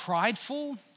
prideful